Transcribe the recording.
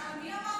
על מי אמרתם,